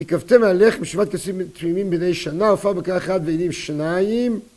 והקרבתם על הלחם שבעת כבשים תמימים בני שנה ופר בן בקר אחד ואילים שניים